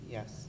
Yes